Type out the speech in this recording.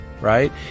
right